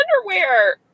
underwear